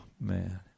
man